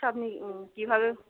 আচ্ছা আপনি কীভাবে